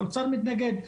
האוצר מתנגד.